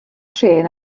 trên